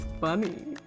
funny